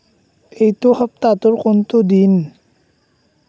এইটো সপ্তাহটোৰ কোনটো দিন